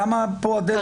לא, אבל למה פה הדלתא?